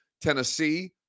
Tennessee